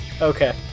Okay